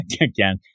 again